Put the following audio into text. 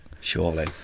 Surely